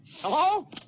Hello